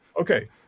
Okay